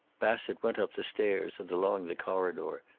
bassett went up the stairs and along the corridor,